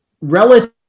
relative